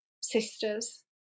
sisters